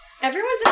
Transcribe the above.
Everyone's